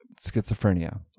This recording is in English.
schizophrenia